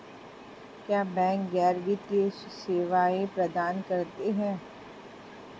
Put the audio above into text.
क्या बैंक गैर वित्तीय सेवाएं प्रदान करते हैं?